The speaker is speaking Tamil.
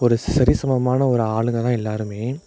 ஒரு சரிசமமான ஒரு ஆளுங்க தான் எல்லாரும்